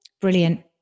Brilliant